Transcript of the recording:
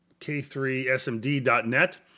K3SMD.net